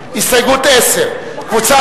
הראשונה של קבוצת סיעת בל"ד,